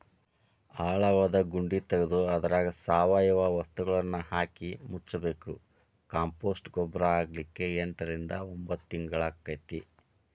ಆಳವಾದ ಗುಂಡಿ ತಗದು ಅದ್ರಾಗ ಸಾವಯವ ವಸ್ತುಗಳನ್ನಹಾಕಿ ಮುಚ್ಚಬೇಕು, ಕಾಂಪೋಸ್ಟ್ ಗೊಬ್ಬರ ಆಗ್ಲಿಕ್ಕೆ ಎಂಟರಿಂದ ಒಂಭತ್ ತಿಂಗಳಾಕ್ಕೆತಿ